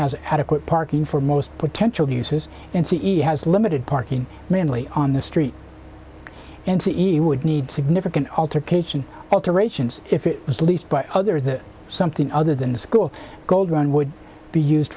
has adequate parking for most potential uses and c e has limited parking mainly on the street and c e would need significant altercation alterations if it was leased by other the something other than the school gold run would be used